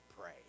pray